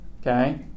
Okay